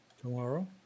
Tomorrow